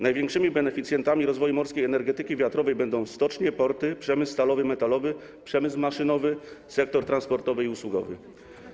Największymi beneficjentami rozwoju morskiej energetyki wiatrowej będą stocznie, porty, przemysł stalowy i metalowy, przemysł maszynowy, sektor transportowy i usługowy.